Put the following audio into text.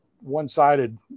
one-sided